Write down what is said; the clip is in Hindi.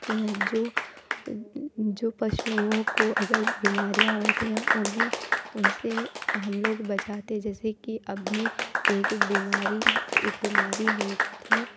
मिलती हैं जो जो पशुओं को अगर बीमारियाँ होती हैं उन्हें उनसे हम लोग बचाते जैसे की अभी एक बीमारी एक बीमारी हुई थी